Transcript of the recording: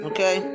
Okay